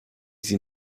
sie